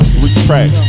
retract